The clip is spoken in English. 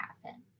happen